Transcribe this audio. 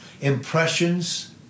impressions